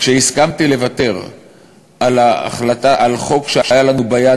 כשהסכמתי לוותר על חוק שהיה לנו ביד,